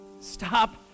Stop